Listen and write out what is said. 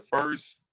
first